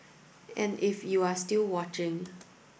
and if you're still watching